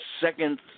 second